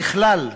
ככלל,